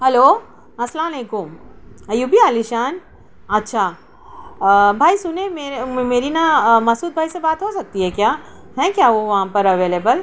hello السلام علیکم U P عالی شان اچھا بھائی سنیں میرے میری نا مسعود بھائی سے بات ہو سکتی ہے کیا ہیں کیا وہ وہاں پر اویلیبل